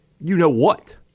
you-know-what